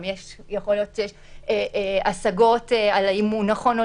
יכול להיות שיש השגות אם הוא נכון או